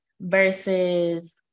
Versus